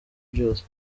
byose